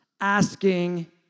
asking